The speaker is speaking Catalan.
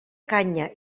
canya